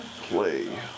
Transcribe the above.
play